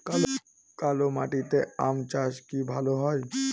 কালো মাটিতে আম চাষ কি ভালো হয়?